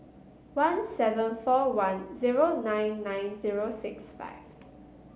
one seven four one zero nine nine zero six five